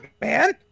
man